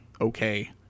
okay